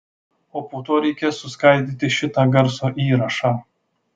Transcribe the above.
o po to reikės suskaidyti šitą garso įrašą